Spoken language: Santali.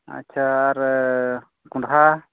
ᱟᱪᱪᱷᱟ ᱟᱨᱻ ᱠᱚᱸᱰᱦᱟ